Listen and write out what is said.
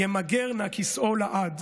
/ ימוגר-נא כיסאו לעד!